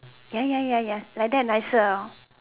ya ya ya like that nicer lah hor